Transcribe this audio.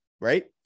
right